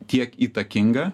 tiek įtakinga